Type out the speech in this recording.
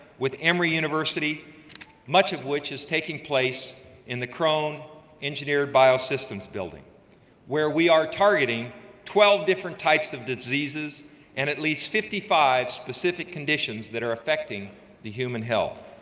with emory university much of which is taking place in the krone engineered biosystems building where we are targeting twelve different types of diseases and at least fifty five specific conditions that are affecting the human health.